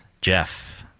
Jeff